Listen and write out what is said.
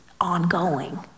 ongoing